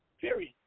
Period